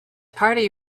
party